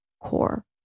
Core